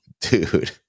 dude